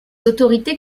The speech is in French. autorités